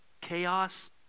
chaos